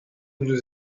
nous